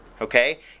Okay